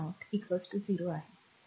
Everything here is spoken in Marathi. तर ते v0 0 आहे